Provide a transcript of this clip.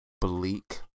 bleak